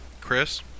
Chris